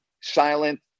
silent